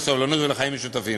לסובלנות ולחיים משותפים.